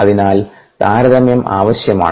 അതിനാൽ താരതമ്യം ആവശ്യമാണ്